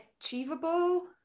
achievable